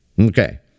Okay